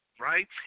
right